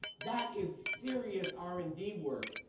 that is serious r and d work.